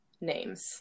names